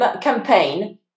Campaign